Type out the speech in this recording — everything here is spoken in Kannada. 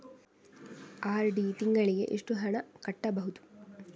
ಆರ್.ಡಿ ತಿಂಗಳಿಗೆ ಎಷ್ಟು ಹಣ ಕಟ್ಟಬಹುದು?